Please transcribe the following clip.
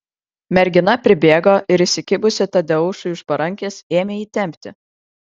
mergina pribėgo ir įsikibusi tadeušui už parankės ėmė jį tempti